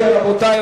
רבותי,